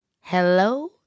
Hello